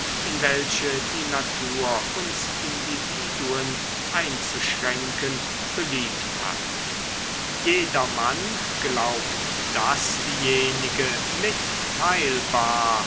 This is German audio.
in welche die natur uns individuen einzuschränken beliebt hat jedermann glaubt dasjenige mitteilbar